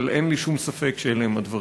אבל אין לי שום ספק שאלה הם הדברים.